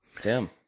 Tim